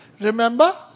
Remember